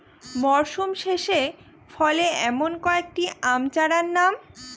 মরশুম শেষে ফলে এমন কয়েক টি আম চারার নাম?